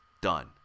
Done